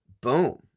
Boom